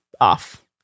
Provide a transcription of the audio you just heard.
off